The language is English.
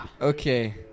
Okay